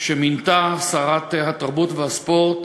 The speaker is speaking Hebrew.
שמינתה שרת התרבות והספורט,